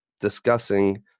discussing